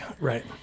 right